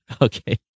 okay